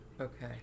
Okay